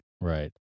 Right